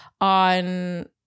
on